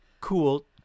cool